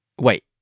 Wait